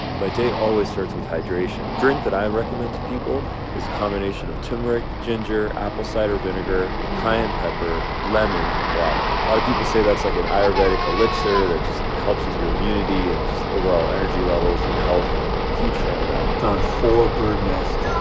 but day always starts with hydration. a drink that i'd recommend to people is a combination of turmeric, ginger, apple cider vinegar, cayenne pepper, lemon, and water. a lot of people say that's like an ayurvedic elixir that just helps with your immunity and just overall energy levels and health. and huge fan of that. found four bird nests.